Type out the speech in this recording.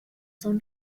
son